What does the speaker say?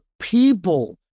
people